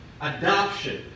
adoption